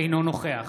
אינו נוכח